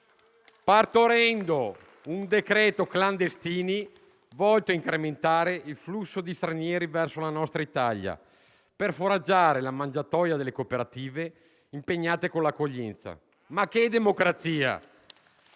partorendo un "decreto clandestini" volto a incrementare il flusso di stranieri verso la nostra Italia per foraggiare la mangiatoia delle cooperative impegnate con l'accoglienza. Ma quale democrazia!